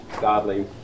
godly